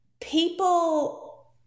people